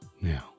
Now